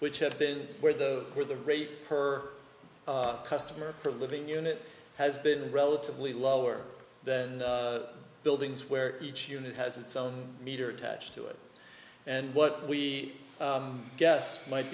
which have been where the where the rate per customer for living unit has been relatively lower than buildings where each unit has its own meter attached to it and what we guess might